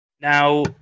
Now